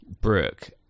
Brooke